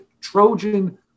Trojan